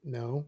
no